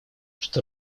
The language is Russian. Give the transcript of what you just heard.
что